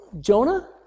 Jonah